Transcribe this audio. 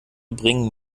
bringen